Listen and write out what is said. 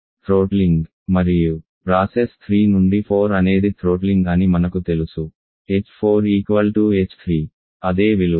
47 kJkgథ్రోట్లింగ్ మరియు ప్రాసెస్ 3 నుండి 4 అనేది థ్రోట్లింగ్ అని మనకు తెలుసు h4 h3 అదే విలువ